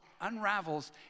unravels